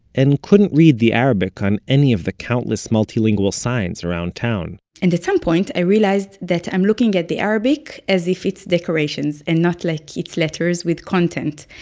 and couldn't read the arabic on any of the countless multilingual signs around town and at some point i realized that i'm looking at the arabic as if it's decorations and not like it's letters with content.